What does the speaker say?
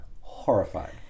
Horrified